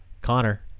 Connor